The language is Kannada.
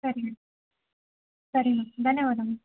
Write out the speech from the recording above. ಸರಿ ಮ್ಯಾಮ್ ಸರಿ ಮ್ಯಾಮ್ ಧನ್ಯವಾದ ಮ್ಯಾಮ್